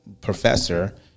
professor